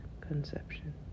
Conception